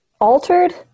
altered